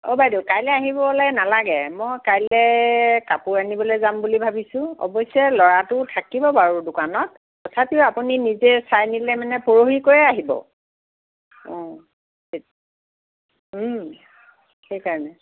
অঁ বাইদেউ কাইলৈ আহিবলে নালাগে মই কাইলৈ কাপোৰ আনিবলৈ যাম বুলি ভাবিছোঁ অৱশ্যে ল'ৰাটো থাকিব বাৰু দোকানত তথাপিও আপুনি নিজে চাই নিলে মানে পৰহিকৈয়ে আহিব অঁ সেইকাৰণে